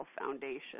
foundation